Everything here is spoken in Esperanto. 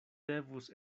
devus